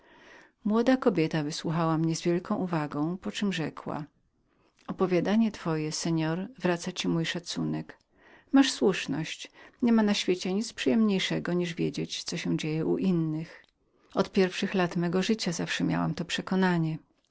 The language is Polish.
młoda kobieta słuchała mnie z wielką uwagą poczem rzekła opowiadanie pana wraca mu mój szacunek masz pan słuszność nic nie ma w świecie przyjemniejszego jak wiedzieć co się dzieje u drugich od pierwszych lat mego życia zawsze miałam to przekonanie